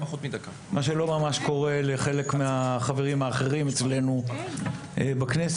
מה שלא ממש קורה לחברים האחרים אצלנו בכנסת.